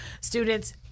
students